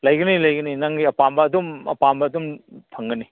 ꯂꯩꯒꯅꯤ ꯂꯩꯒꯅꯤ ꯅꯪꯒꯤ ꯑꯄꯥꯝꯕ ꯑꯗꯨꯝ ꯑꯄꯥꯝꯕ ꯑꯗꯨꯝ ꯐꯪꯒꯅꯤ